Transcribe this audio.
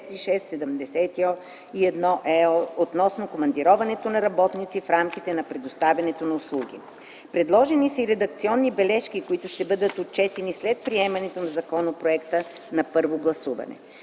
96/71/ЕО относно командироването на работници в рамките на предоставянето на услуги. Предложени са и редакционни бележки, които ще бъдат отчетени след приемането на законопроекта на първо гласуване.